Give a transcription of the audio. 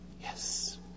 Yes